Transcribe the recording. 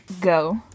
go